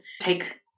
take